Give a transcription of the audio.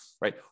Right